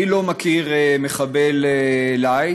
אני לא מכיר מחבל לייט,